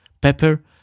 pepper